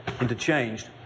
interchanged